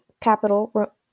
capital